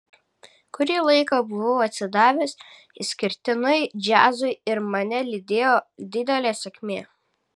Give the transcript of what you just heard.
kurį laiką buvau atsidavęs išskirtinai džiazui ir čia mane lydėjo didelė sėkmė